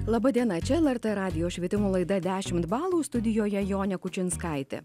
laba diena čia lrt radijo švietimo laida dešimt balų studijoje jonė kučinskaitė